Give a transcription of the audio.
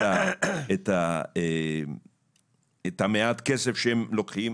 את המעט כסף שהם לוקחים,